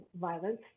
violence